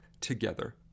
together